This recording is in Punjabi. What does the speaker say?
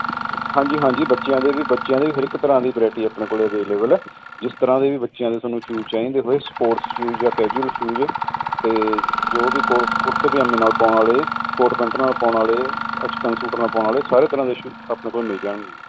ਹਾਂਜੀ ਹਾਂਜੀ ਬੱਚਿਆਂ ਦੇ ਵੀ ਬੱਚਿਆਂ ਦੇ ਵੀ ਹਰ ਇੱਕ ਤਰ੍ਹਾਂ ਦੀ ਵਰਾਈਟੀ ਆਪਣੇ ਕੋਲੇ ਅਵੇਲੇਬਲ ਹ ਜਿਸ ਤਰ੍ਹਾਂ ਦੇ ਵੀ ਬੱਚਿਆਂ ਦੇ ਤੁਹਾਨੂੰ ਸ਼ੂਜ਼ ਚਾਹੀਦੇ ਹੋਏ ਸਪੋਰਟਸ ਸ਼ੂਜ ਜਾਂ ਕੈਜੂਅਲ ਸ਼ੂਜ਼ ਤੇ ਜੋ ਵੀ ਕੁਰਤੇ ਪਜਾਮੇ ਨਾਲ ਪਾਉਣ ਵਾਲੇ ਕੋਟ ਪੈਂਟ ਨਾਲ ਪਾਉਣ ਵਾਲੇ ਚਿਕਨ ਸੂਟ ਨਾਲ ਪਾਉਣ ਵਾਲੇ ਸਾਰੇ ਤਰ੍ਹਾਂ ਦੇ ਆਪਣੇ ਕੋਲ ਮਿਲ ਜਾਣਗੇ ਜੀ